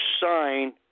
sign